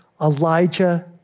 Elijah